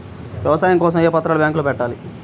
వ్యాపారం కోసం ఏ పత్రాలు బ్యాంక్లో పెట్టాలి?